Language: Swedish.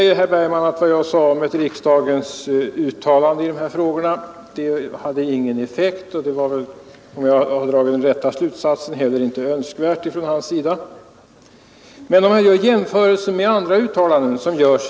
Ett riksdagens uttalande i de här frågorna, som jag vill ha, skulle inte få någon effekt, sade herr Bergman. Om jag har dragit den rätta slutsatsen, tycker herr Bergman heller inte att det är önskvärt. Men man kan ju jämföra med andra uttalanden i bostadsfrågan.